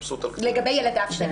לגבי ילדיו שלו.